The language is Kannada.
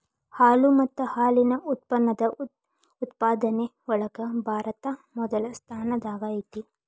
ಹಾಲು ಮತ್ತ ಹಾಲಿನ ಉತ್ಪನ್ನದ ಉತ್ಪಾದನೆ ಒಳಗ ಭಾರತಾ ಮೊದಲ ಸ್ಥಾನದಾಗ ಐತಿ